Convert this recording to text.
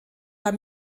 war